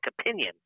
opinion